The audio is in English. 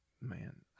man